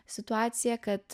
situaciją kad